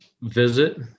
visit